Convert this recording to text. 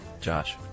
Josh